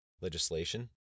Legislation